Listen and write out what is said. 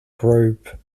group